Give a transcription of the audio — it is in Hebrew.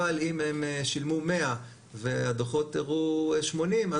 אבל אם הם שילמו 100 והדוחות הראו 80,